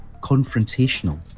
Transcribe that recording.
confrontational